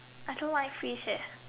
I don't like fishes